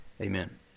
Amen